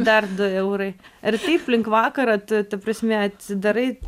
dar du eurai ir taip link vakaro tu ta prasme atsidarai